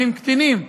אחים קטינים,